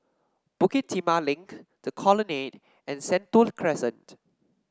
Bukit Timah Link The Colonnade and Sentul Crescent